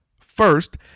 First